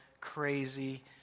crazy